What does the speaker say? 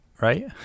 right